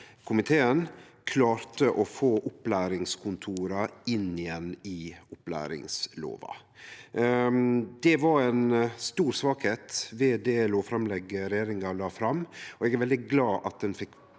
komiteen klarte å få opplæringskontora inn igjen i opplæringslova. Det var ei stor svakheit med det lovframlegget regjeringa la fram, og eg er veldig glad ein fekk